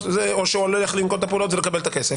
או שהולך לנקוט את הפעולות זה לקבל את הכסף.